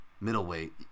middleweight